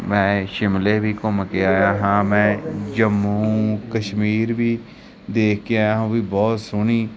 ਮੈਂ ਸ਼ਿਮਲੇ ਵੀ ਘੁੰਮ ਕੇ ਆਇਆ ਹਾਂ ਮੈਂ ਜੰਮੂ ਕਸ਼ਮੀਰ ਵੀ ਦੇਖ ਕੇ ਆਇਆ ਉਹ ਵੀ ਬਹੁਤ ਸੋਹਣੀ